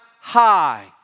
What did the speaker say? high